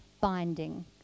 binding